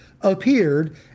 appeared